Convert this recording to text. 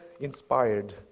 inspired